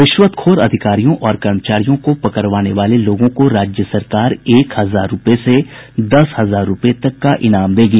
रिश्वतखोर अधिकारियों और कर्मचारियों को पकड़वाने वाले लोगों को राज्य सरकार एक हजार रूपये से दस हजार रूपये तक का इनाम देगी